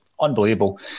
Unbelievable